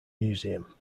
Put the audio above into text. museum